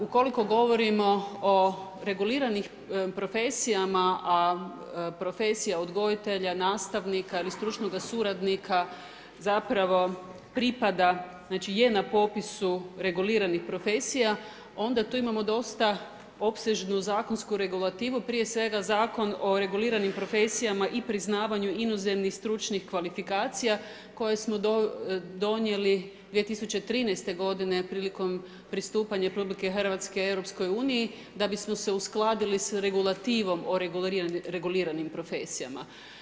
Ukoliko govorimo o reguliranim profesijama a profesija odgojitelja, nastavnika ili stručnog suradnika zapravo pripada, znači je na popisu reguliranih profesija, onda tu imamo dosta opsežnu zakonsku regulativu, prije svega Zakon o regularnim profesijama i priznavanju inozemnih stručnih kvalifikacija koje smo donijeli 2013. godine prilikom pristupanja RH EU-u da bi smo se uskladili sa regulativom o reguliranim profesijama.